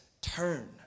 turn